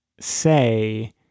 say